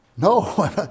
no